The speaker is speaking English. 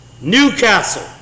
Newcastle